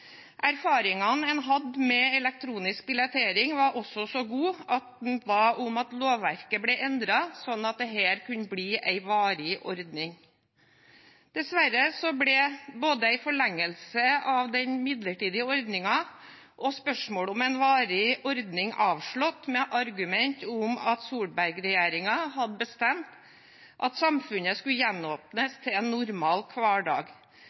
Erfaringene en hadde med elektronisk billettering, var også så gode at en ba om at lovverket ble endret, sånn at dette kunne bli en varig ordning. Dessverre ble både en forlengelse av den midlertidige ordningen og spørsmålet om en varig ordning avslått med argumentet om at Solberg-regjeringen hadde bestemt at samfunnet skulle gjenåpnes til en normal hverdag.